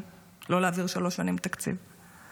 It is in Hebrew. בגלל אי-יציבות פוליטית,